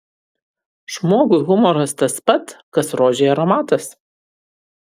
žmogui humoras tas pat kas rožei aromatas